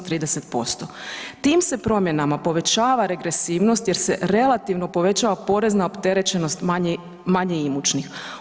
Tim se promjenama povećava regresivnost jer se relativno povećava porezna opterećenost manje imućnih.